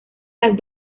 las